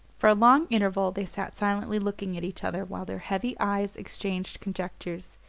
for a long interval they sat silently looking at each other while their heavy eyes exchanged conjectures